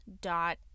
dot